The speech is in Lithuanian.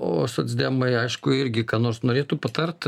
o socdemai aišku irgi ką nors norėtų patart